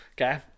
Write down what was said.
okay